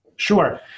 Sure